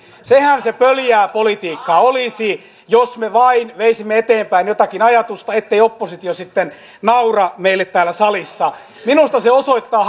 sehän se pöljää politiikkaa olisi jos me vain veisimme eteenpäin jotakin ajatusta jottei oppositio sitten naura meille täällä salissa minusta se osoittaa